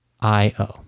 I-O